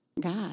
God